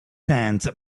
sands